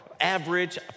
average